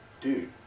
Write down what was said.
dude